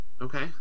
Okay